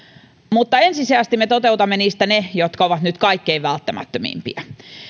mutta ensisijaisesti me toteutamme niistä ne jotka ovat nyt kaikkein välttämättömimpiä